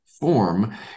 form